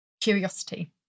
curiosity